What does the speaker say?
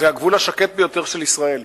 זה הגבול השקט ביותר של ישראל.